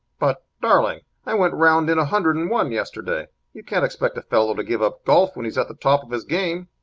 but, darling, i went round in a hundred and one yesterday. you can't expect a fellow to give up golf when he's at the top of his game.